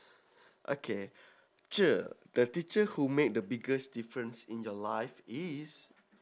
okay cher the teacher who make the biggest difference in your life is